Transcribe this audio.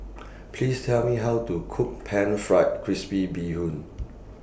Please Tell Me How to Cook Pan Fried Crispy Bee Hoon